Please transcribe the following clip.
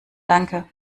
danke